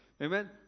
Amen